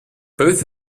both